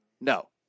No